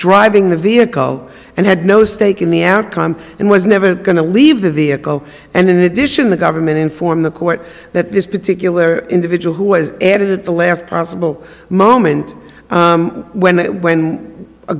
driving the vehicle and had no stake in the outcome and was never going to leave the vehicle and in addition the government inform the court that this particular individual who was added at the last possible moment when when a